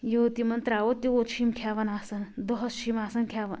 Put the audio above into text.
یوٗت یِمن ترٛاوو تیٛوٗت چھِ یِم کھیٚوان آسان دۄہس چھِ یِم آسان کھیٚوان